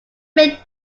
make